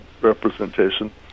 representation